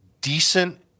decent